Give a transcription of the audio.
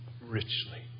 richly